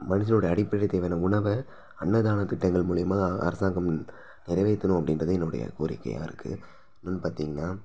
மனுஷனோட அடிப்படைத் தேவையான உணவ அன்னதானத் திட்டங்கள் மூலியமாக அரசாங்கம் நிறைவேத்தணும் அப்படின்றது என்னுடைய கோரிக்கையாக இருக்கு இன்னொன்று பார்த்தீங்ன்னா